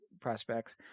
prospects